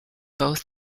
both